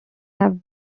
have